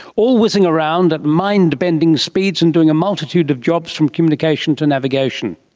all whizzing around at mind-bending speeds and doing a multitude of jobs from communication to navigation.